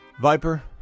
Viper